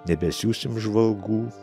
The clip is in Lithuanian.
nebesiųsim žvalgų